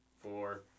four